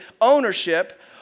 ownership